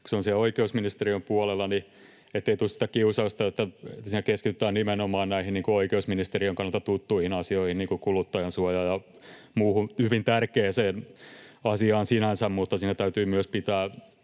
on siellä oikeusministeriön puolella, ettei tule sitä kiusausta, että siinä keskitytään nimenomaan näihin oikeusministeriön kannalta tuttuihin asioihin niin kuin kuluttajansuojaan ja muuhun hyvin tärkeään asiaan sinänsä, vaan siinä täytyy myös pitää